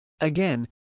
Again